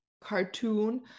cartoon